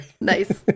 Nice